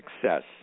success